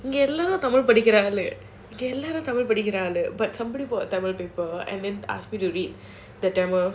எல்லாரும்:ellaarum tamil படிக்கிறாங்களே எல்லாரும்:padikkiraangalae ellaarum tamil படிக்கிறாங்களே:padikkiraangalae but somebody brought a tamil paper and asked me to read the tamil